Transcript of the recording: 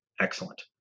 excellent